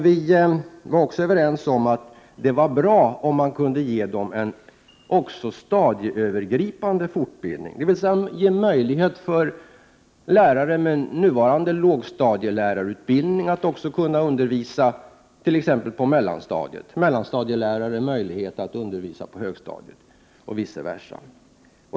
Vi var också överens om att det vore bra om man kunde ge dem även en stadieövergripande fortbildning. Lärare med nuvarande lågstadielärarutbildning skulle således få möjlighet att t.ex. kunna undervisa på mellanstadiet, och mellanstadielärare skulle få möjlighet att undervisa på högstadiet och vice versa.